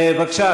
בבקשה.